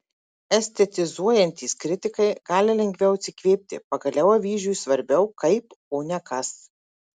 estetizuojantys kritikai gali lengviau atsikvėpti pagaliau avyžiui svarbiau kaip o ne kas